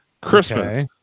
Christmas